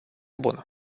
bună